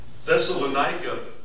Thessalonica